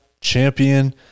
champion